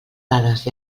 dades